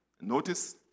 Notice